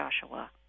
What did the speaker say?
Joshua